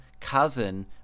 cousin